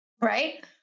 right